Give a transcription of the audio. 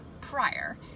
prior